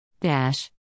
Dash